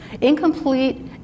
Incomplete